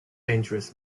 dangerous